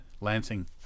Lansing